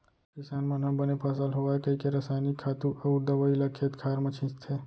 किसान मन ह बने फसल होवय कइके रसायनिक खातू अउ दवइ ल खेत खार म छींचथे